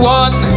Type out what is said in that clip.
one